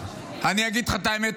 אני אגיד לך את האמת,